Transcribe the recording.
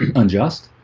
unjust